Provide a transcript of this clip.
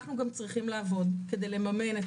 ואנחנו גם צריכים לעבוד כדי לממן את